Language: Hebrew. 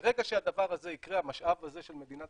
ברגע שהדבר הזה יקרה המשאב הזה של מדינת